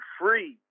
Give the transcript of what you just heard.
free